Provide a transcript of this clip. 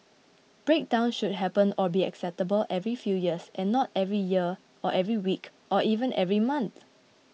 breakdowns should happen or be acceptable every few years and not every year or every week or even every month